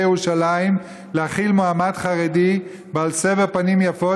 ירושלים להכיל מועמד חרדי בעל סבר פנים יפות,